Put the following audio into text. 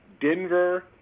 Denver